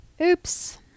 Oops